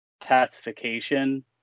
pacification